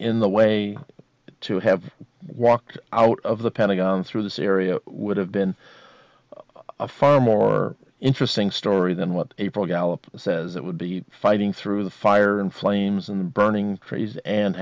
in the way to have walked out of the pentagon through this area would have been a far more interesting story than what april gallop says it would be fighting through the fire and flames and burning trees and